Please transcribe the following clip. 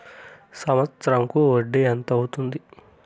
సంవత్సరం కు వడ్డీ ఎంత అవుతుంది?